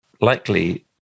likely